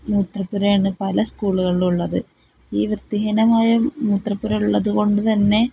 മൂത്രപ്പുരയാണു പല സ്കൂളുകളിലുള്ളത് ഈ വൃത്തിഹീനമായ മൂത്രപ്പുരം ഉള്ളതുകൊണ്ടുതന്നെ